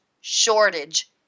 shortage